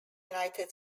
united